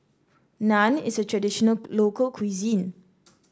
naan is a traditional local cuisine